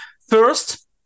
first